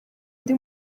ndi